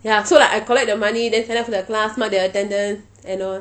ya so like I collect the money then sign up for the class mark their attendance and all